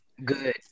Good